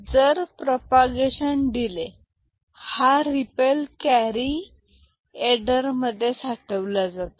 तर प्रोपागेशन देले हा रिपल कॅरी एडर मध्ये साठवला जातो